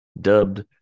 dubbed